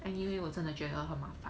anyway 我真的觉得很麻烦